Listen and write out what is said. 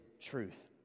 truth